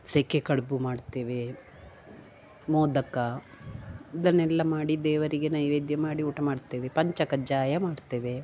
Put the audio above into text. ಸೆಕೆ ಕಡ್ಬು ಮಾಡ್ತೇವೆ ಮೋದಕ ಅದನ್ನೆಲ್ಲ ಮಾಡಿ ದೇವರಿಗೆ ನೈವೇದ್ಯ ಮಾಡಿ ಊಟ ಮಾಡ್ತೇವೆ ಪಂಚಕಜ್ಜಾಯ ಮಾಡ್ತೇವೆ